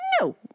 no